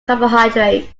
carbohydrates